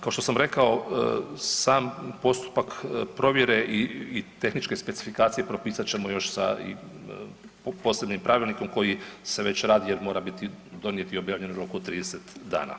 Kao što sam rekao, sam postupak provjere i tehničke specifikacije propisat ćemo i sa posebnim pravilnikom koji se već radi jer mora biti donijet i objavljen u roku od 30 dana.